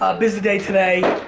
ah busy day today,